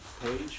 page